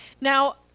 Now